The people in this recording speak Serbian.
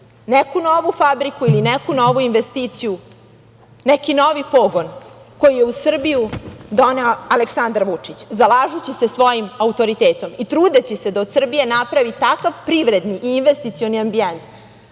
neku novu fabriku, ili neku novu investiciju, neki novi pogon koji je u Srbiju doneo Aleksandar Vučić, zalažući se svojim autoritetom i trudeći se da od Srbije napravi takav privredni i investicioni ambijent